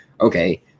okay